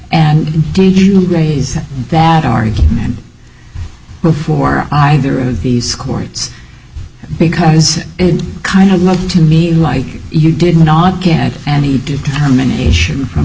and raise that argument before either of these courts because it kind of looked to me like you did not get any determination from